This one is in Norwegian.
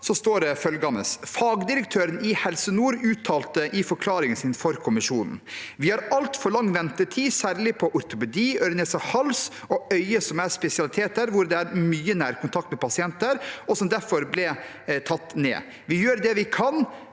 står det følgende: «Fagdirektøren i Helse Nord uttalte i forklaringen sin for kommisjonen: Vi har altfor lang ventetid på særlig ortopedi, øre-nese-hals og øye som er spesialiteter hvor det er mye nærkontakt med pasienter, og som derfor ble tatt ned. Vi gjør det vi kan,